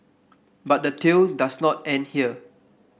but the tail does not end here